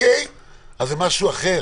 זה משהו אחר.